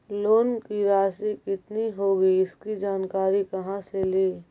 Loan की रासि कितनी होगी इसकी जानकारी कहा से ली?